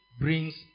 brings